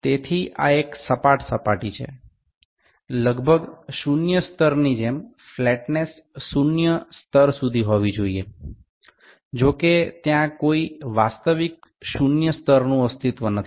সুতরাং এটি একটি সমতল পৃষ্ঠ যার সমতলতা শূন্য স্তর পর্যন্ত প্রায় শূন্য স্তরের মতো হতে হবে যাইহোক কোন প্রকৃত শূন্য স্তরের অস্তিত্ব নেই